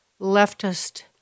leftist